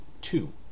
two